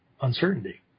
uncertainty